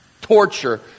torture